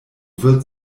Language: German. wird